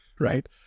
Right